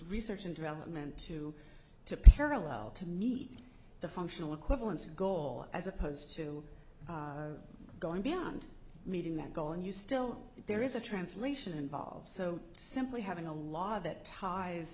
research and development to to parallel to meet the functional equivalence goal as opposed to going beyond meeting that goal and you still if there is a translation involved so simply having a law that ties